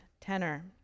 tenor